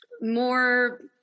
more